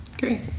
Great